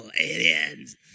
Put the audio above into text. Aliens